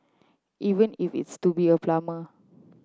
even if it's to be a plumber